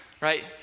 Right